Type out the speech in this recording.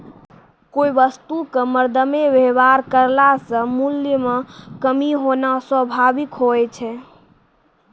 कोय वस्तु क मरदमे वेवहार करला से मूल्य म कमी होना स्वाभाविक हुवै छै